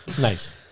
Nice